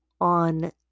on